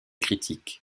critique